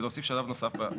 הם רוצים שלב נוסף.